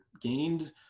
gained